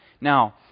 Now